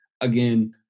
Again